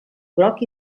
groc